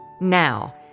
Now